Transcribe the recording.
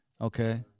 Okay